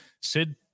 Sid